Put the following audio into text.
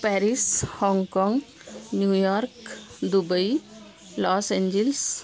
Paris Hong Kong New York Dubai Los Angeles